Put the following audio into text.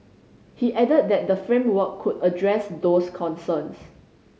he added that the framework could address those concerns